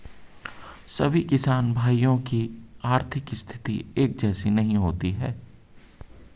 सभी किसान भाइयों की आर्थिक स्थिति एक जैसी नहीं होती है